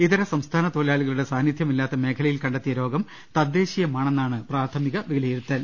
ഇതര സംസ്ഥാന തൊഴി ലാളികളുടെ സാന്നിധ്യമില്ലാത്ത മേഖലയിൽ കണ്ടെത്തിയ രോഗം തദ്ദേശീ യമാണെന്നാണ് പ്രാഥമിക വിലയിരുത്തൽ